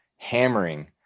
Hammering